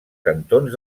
cantons